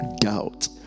doubt